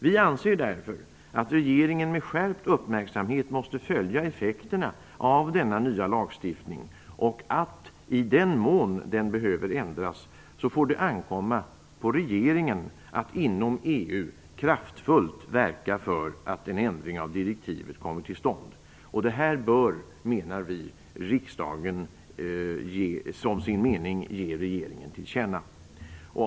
Vi anser därför att regeringen med skärpt uppmärksamhet måste följa effekterna av denna nya lagstiftning och att, i den mån den behöver ändras, får det ankomma på regeringen att inom EU kraftfullt verka för att en ändring av direktivet kommer till stånd. Detta bör riksdagen som sin mening ge regeringen till känna.